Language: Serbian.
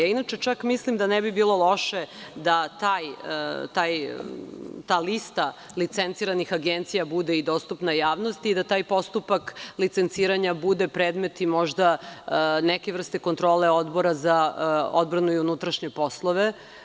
Inače, čak mislim da ne bi bilo loše da ta lista licenciranih agencija bude dostupna javnosti i da taj postupak licenciranja bude predmet možda i neke vrste kontrole Odbora za odbranu i unutrašnje poslove.